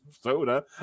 soda